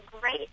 great